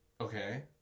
Okay